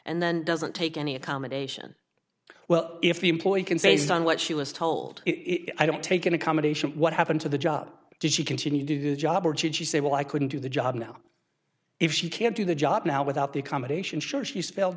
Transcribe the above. and then doesn't take any accommodation well if the employee can say he's done what she was told it i don't take an accommodation what happened to the job did she continue to do the job or did you say well i couldn't do the job now if she can't do the job now without the accommodations sure she's fail